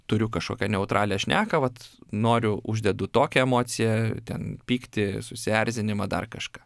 turiu kažkokią neutralią šneką vat noriu uždedu tokią emociją ten pyktį susierzinimą dar kažką